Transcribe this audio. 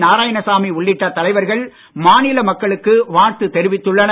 நாராயணசாமி உள்ளிட்ட தலைவர்கள் மாநில மக்களுக்கு வாழ்த்து தெரிவித்துள்ளனர்